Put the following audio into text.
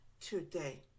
today